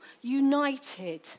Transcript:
united